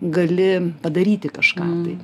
gali padaryti kažką tai